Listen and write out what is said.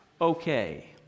Okay